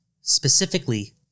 specifically